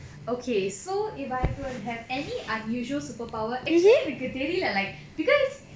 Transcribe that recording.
okay so if I were to have any unusual superpower actually எனக்கு தெரியல:enakku theriyala like because